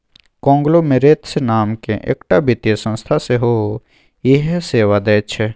conglomerates नामकेँ एकटा वित्तीय संस्था सेहो इएह सेवा दैत छै